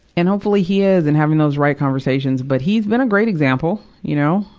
and, hopefully, he is and having those right conversations. but he's been a great example, you know.